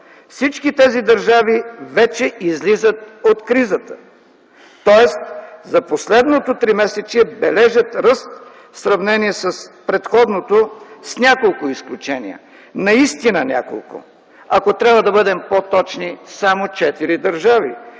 всички тези държави вече излизат от кризата, тоест за последното тримесечие бележат ръст в сравнение с предходното с няколко изключения, наистина няколко. Ако трябва да бъдем по-точни, само четири държави